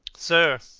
sir,